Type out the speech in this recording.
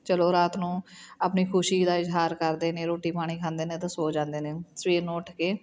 ਚਲੋ ਰਾਤ ਨੂੰ ਆਪਣੀ ਖੁਸ਼ੀ ਦਾ ਇਜ਼ਹਾਰ ਕਰਦੇ ਨੇ ਰੋਟੀ ਪਾਣੀ ਖਾਂਦੇ ਨੇ ਤਾਂ ਸੋ ਜਾਂਦੇ ਨੇ ਸਵੇਰ ਨੂੰ ਉੱਠ ਕੇ